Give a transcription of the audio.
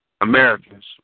Americans